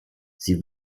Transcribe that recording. sie